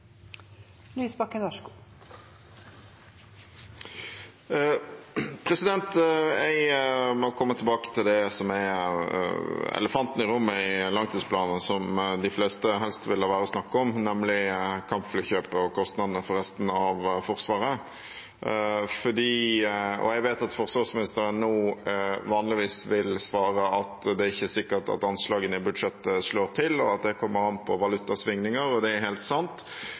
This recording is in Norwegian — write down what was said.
elefanten i rommet i langtidsplanen, som de fleste helst vil la være å snakke om, nemlig kampflykjøpet og kostnadene for resten av Forsvaret. Jeg vet at forsvarsministeren nå vanligvis vil svare at det er ikke sikkert at anslagene i budsjettet slår til, og at det kommer an på valutasvingninger. Det er helt sant,